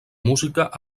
música